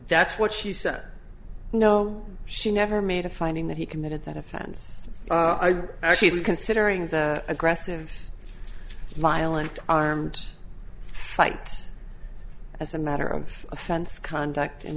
that's what she said no she never made a finding that he committed that offense i did actually considering the aggressive violent armed fight as a matter of offense contact and